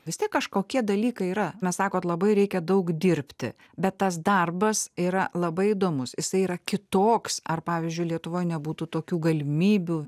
vis tiek kažkokie dalykai yra mes sakot labai reikia daug dirbti bet tas darbas yra labai įdomus jisai yra kitoks ar pavyzdžiui lietuvoj nebūtų tokių galimybių